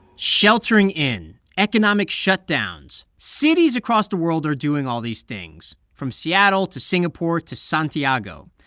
sheltering in, economic shutdowns cities across the world are doing all these things, from seattle to singapore to santiago.